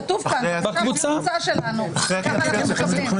כתוב כאן בקבוצה שלנו, שם אנחנו מקבלים.